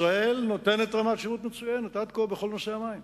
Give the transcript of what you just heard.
ישראל נותנת רמת שירות מצוינת עד כה בכל נושא המים,